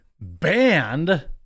banned